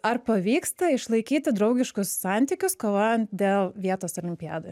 ar pavyksta išlaikyti draugiškus santykius kovojant dėl vietos olimpiadoje